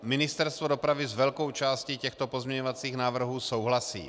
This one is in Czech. Ministerstvo dopravy s velkou částí těchto pozměňovacích návrhů souhlasí.